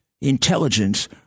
intelligence